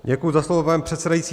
Děkuji za slovo, pane předsedající.